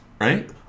Right